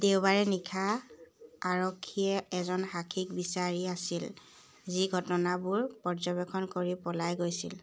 দেওবাৰে নিশা আৰক্ষীয়ে এজন সাক্ষীক বিচাৰি আছিল যি ঘটনাবোৰ পৰ্যবেক্ষণ কৰি পলাই গৈছিল